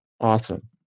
Awesome